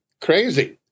crazy